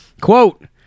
Quote